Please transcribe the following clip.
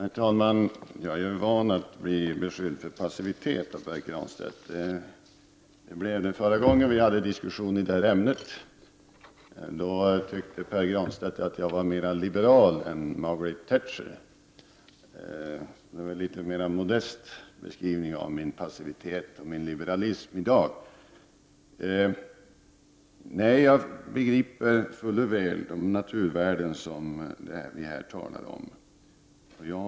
Herr talman! Jag är van vid att bli beskylld för passivitet av Pär Granstedt. Jag blev det förra gången vi hade en diskussion om detta ämne. Då tyckte Pär Granstedt att jag var mera liberal än Margaret Thatcher. I dag har det varit en litet mera modest beskrivning av min passivitet och liberalism. Jag begriper fuller väl de naturvärden som ni här talar om.